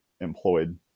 employed